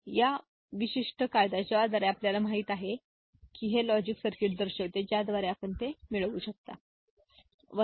तर हा विशिष्ट कायदा ज्याद्वारे आपल्याला माहित आहे हे लॉजिक सर्किट दर्शविते ज्याद्वारे आपण ते मिळवू शकता बरोबर